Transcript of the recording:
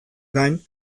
gain